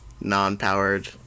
non-powered